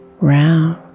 round